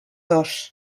dos